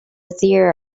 theory